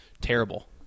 terrible